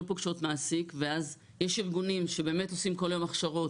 פוגשות מעסיק ואז יש ארגונים שבאמת עושים כל היום הכשרות,